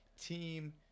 team